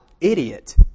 idiot